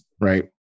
right